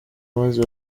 maze